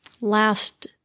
last